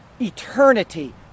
eternity